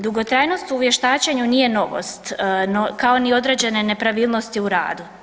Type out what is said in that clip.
Dugotrajnost u vještačenju nije novost kao ni određene nepravilnosti u radu.